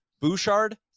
Bouchard